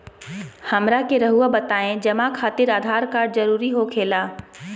हमरा के रहुआ बताएं जमा खातिर आधार कार्ड जरूरी हो खेला?